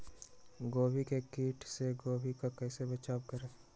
गोभी के किट से गोभी का कैसे बचाव करें?